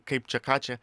kaip čia ką čia